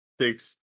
six